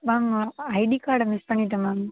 ma'am ID கார்டை miss பண்ணிவிட்டேன் ma'am